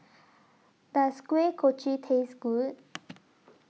Does Kuih Kochi Taste Good